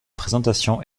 présentation